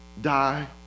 die